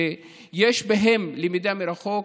שיש בהם למידה מרחוק,